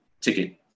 ticket